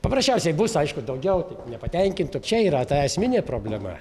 paprasčiausiai bus aišku daugiau nepatenkintų čia yra ta esminė problema